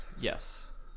yes